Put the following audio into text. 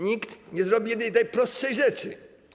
Nikt nie zrobi jednej najprostszej rzeczy.